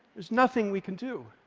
there's nothing we can do.